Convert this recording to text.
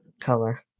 color